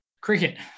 Cricket